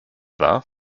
wahr